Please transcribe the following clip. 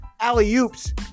alley-oops